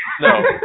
no